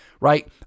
right